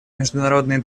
международные